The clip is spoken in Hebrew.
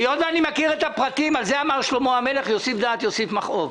על זה אמר שלמה המלך: "יוסיף דעת יוסיף מכאוב".